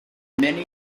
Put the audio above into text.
many